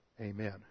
Amen